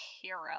hero